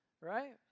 right